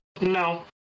No